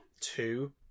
two